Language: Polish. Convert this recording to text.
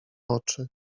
oczy